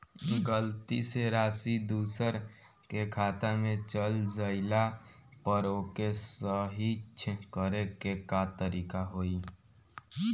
गलती से राशि दूसर के खाता में चल जइला पर ओके सहीक्ष करे के का तरीका होई?